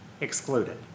excluded